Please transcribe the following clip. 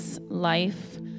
Life